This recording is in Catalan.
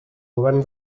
govern